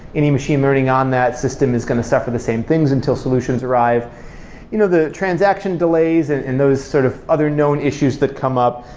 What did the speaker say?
any machine learning on that system is going to suffer the same things until solutions arrive you know the transaction delays and and those sort of other known issues that come up,